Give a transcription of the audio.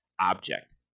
object